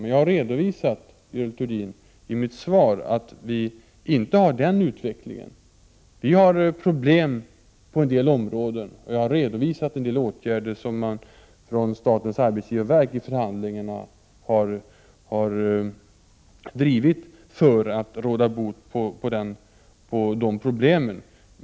Men jag har i mitt svar redovisat, Görel Thurdin, att vi inte har den utvecklingen. Vi har problem på en del områden, och jag har redovisat en del förslag till åtgärder som statens arbetsgivarverk i förhandlingarna har drivit för att råda bot på de problemen.